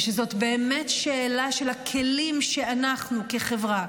ושזאת באמת שאלה של הכלים שאנחנו כחברה,